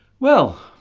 well